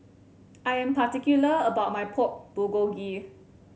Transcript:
I am particular about my Pork Bulgogi